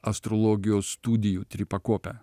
astrologijos studijų tripakope